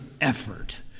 effort